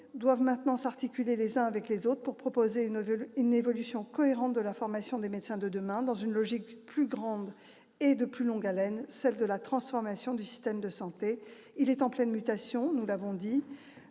doivent maintenant s'articuler les uns avec les autres pour former une évolution cohérente de la formation des médecins de demain, dans une logique plus vaste et de plus longue haleine : celle de la transformation du système de santé. Alors que ce système est en pleine mutation, nous devons nous